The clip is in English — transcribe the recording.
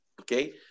Okay